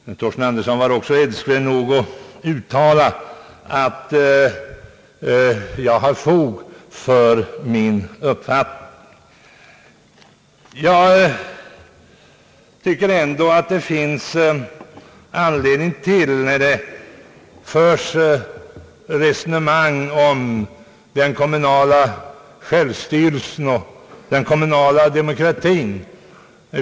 Herr Torsten Andersson var älskvärd nog att uttala att jag hade fog för min uppfattning. Jag tycker ändå att det finns anledning att framhäva den när det förs resonemang om den kommunala självstyrelsen och den kommunala demokratin.